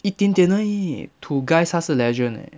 一点点而已 to guys 他是 legend eh